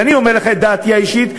ואני אומר לך את דעתי האישית,